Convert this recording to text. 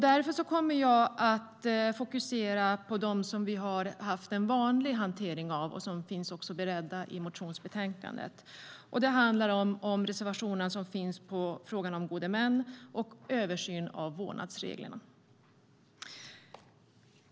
Därför kommer jag att fokusera på dem som vi har haft en vanlig hantering av och som finns beredda i motionsbetänkandet. Det handlar om reservationerna om gode män och översyn av vårdnadsreglerna.